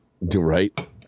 right